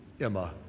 Emma